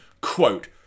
quote